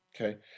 Okay